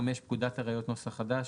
פקודת הראיות (נוסח חדש),